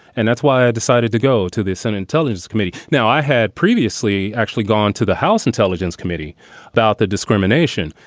and that's why i decided to go to the senate intelligence committee. now, i had previously actually gone to the house intelligence committee about the discrimination,